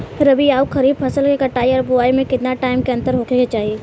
रबी आउर खरीफ फसल के कटाई और बोआई मे केतना टाइम के अंतर होखे के चाही?